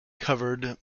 covered